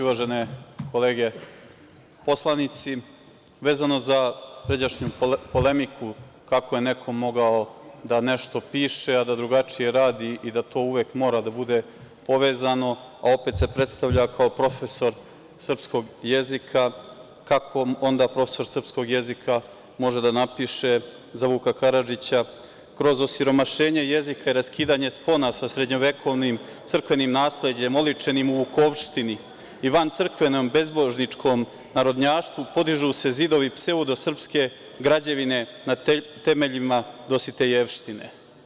Uvažene kolege poslanici, vezano za pređašnju polemiku, kako je neko mogao da nešto piše a da drugačije radi i da to uvek mora da bude povezano, a opet se predstavlja kao profesor srpskog jezika, kako onda profesor srpskog jezika može da napiše za Vuka Karadžića – kroz osiromašenje jezika i raskidanje spona sa srednjovekovnim crkvenim nasleđem oličenim u vukovštini i van crkve na bezbožničkom narodnjaštvu podižu se zidovi pseudosrpske građevine na temeljima dositejevštine?